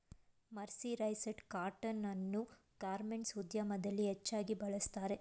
mercerised cotton ಅನ್ನು garments ಉದ್ಯಮದಲ್ಲಿ ಹೆಚ್ಚಾಗಿ ಬಳ್ಸತ್ತರೆ